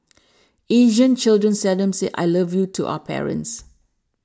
Asian children seldom say I love you to our parents